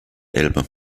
elbe